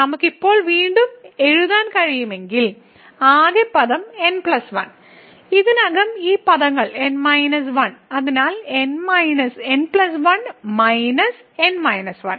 നമുക്ക് ഇപ്പോൾ വീണ്ടും എഴുതാൻ കഴിയുമെങ്കിൽ ആകെ പദം n 1 ഇതിനകം ഈ പദങ്ങൾ n - 1 അതിനാൽ n 1